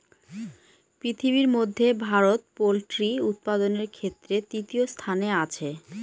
পৃথিবীর মধ্যে ভারত পোল্ট্রি উৎপাদনের ক্ষেত্রে তৃতীয় স্থানে আছে